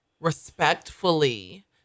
respectfully